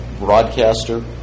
broadcaster